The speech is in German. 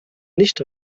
nicht